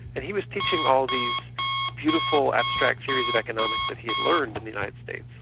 and he was teaching all these beautiful abstract theories of economics that he had learned in the united states,